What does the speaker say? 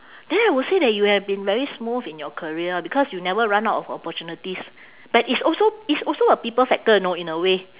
then I would say that you have been very smooth in your career because you never run out of opportunities but it's also it's also a people factor you know in a way